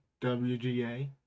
WGA